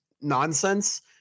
nonsense